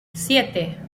siete